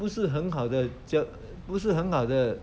不是很好的就不是很好的